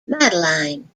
madeline